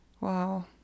Wow